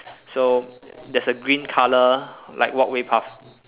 so there's a green colour like walkway path